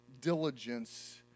diligence